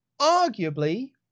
arguably